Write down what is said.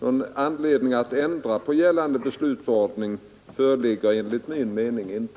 Någon anledning att ändra på gällande beslutsordning föreligger enligt min mening inte.